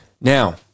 Now